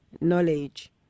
knowledge